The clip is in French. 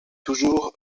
toujours